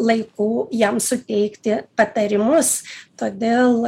laiku jam suteikti patarimus todėl